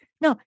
no